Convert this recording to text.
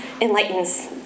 enlightens